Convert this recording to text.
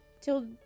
till